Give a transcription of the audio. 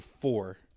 four